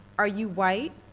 are you white,